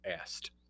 asked